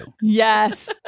Yes